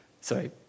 sorry